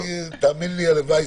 תאמין לי, הלוואי